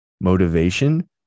motivation